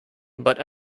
but